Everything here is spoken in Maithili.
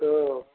तऽ